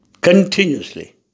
continuously